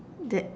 that